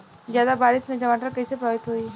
ज्यादा बारिस से टमाटर कइसे प्रभावित होयी?